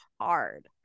hard